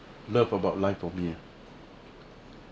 love about life for me